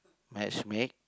matchmake